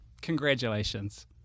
congratulations